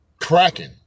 cracking